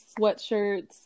sweatshirts